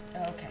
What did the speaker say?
Okay